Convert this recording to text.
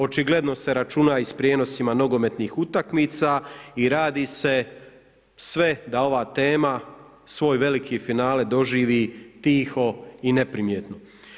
Očigledno se računa i s prijenosima nogometnih utakmica i radi se sve da ova tema svoj veliki finale doživi tiho i neprimjetno.